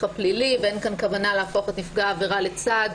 הפלילי ואין כאן כוונה להפוך את נפגע העבירה לצד,